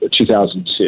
2002